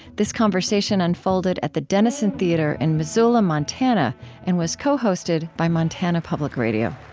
this conversation unfolded at the dennison theatre in missoula, montana and was co-hosted by montana public radio